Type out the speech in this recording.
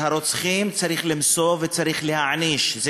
את הרוצחים צריך למצוא וצריך להעניש.